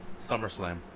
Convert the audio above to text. SummerSlam